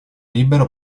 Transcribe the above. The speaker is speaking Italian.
libero